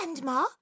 Grandma